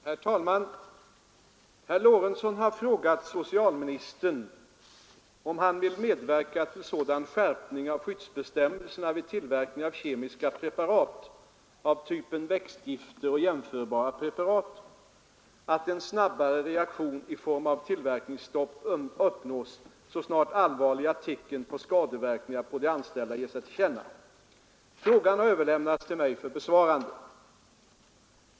Herr talman! Herr Lorentzon har frågat socialministern om han vill medverka till sådan skärpning av skyddsbestämmelser vid tillverkning av kemiska preparat av typen växtgifter och jämförbara preparat, att en snabbare reaktion i form av tillverkningsstopp uppnås så snart allvarliga tecken på skadeverkningar på de anställda ger sig till känna. Frågan har överläm nats till mig för besvarande.